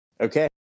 Okay